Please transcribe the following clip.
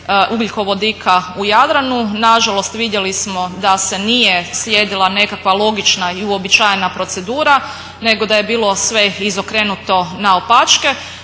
ugljikovodika u Jadranu. Nažalost, vidjeli smo da se nije slijedila nekakva logična i uobičajena procedura nego da je bilo sve izokrenuto naopačke,